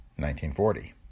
1940